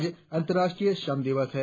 आज अंतर्राष्ट्रीय श्रम दिवस है